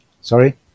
Sorry